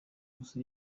gusa